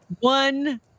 One